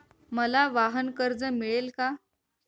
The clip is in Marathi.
मला वाहनकर्ज मिळेल का?